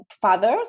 fathers